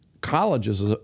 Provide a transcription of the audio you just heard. colleges